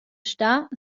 stà